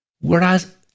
Whereas